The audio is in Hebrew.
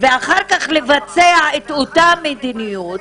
ואחר כך לבצע את אותה מדיניות